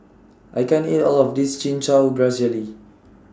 I can't eat All of This Chin Chow Grass Jelly